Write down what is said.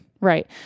right